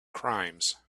crimes